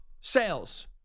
sales